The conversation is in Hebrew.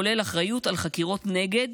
כולל אחריות על חקירות נגד